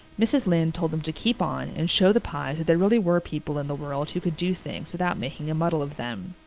mrs. lynde told them to keep on and show the pyes that there really were people in the world who could do things without making a muddle of them.